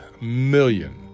million